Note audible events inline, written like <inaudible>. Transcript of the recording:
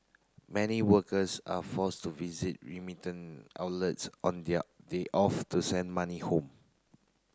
many workers are forced to visit <unintelligible> outlets on their day off to send money home